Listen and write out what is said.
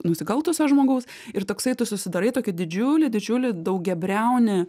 nusikaltusio žmogaus ir toksai tu susidarai tokį didžiulį didžiulį daugiabriaunį